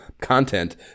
content